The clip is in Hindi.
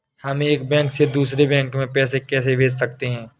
हम एक बैंक से दूसरे बैंक में पैसे कैसे भेज सकते हैं?